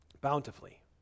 bountifully